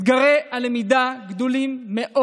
אתגרי הלמידה גדולים מאוד.